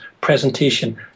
presentation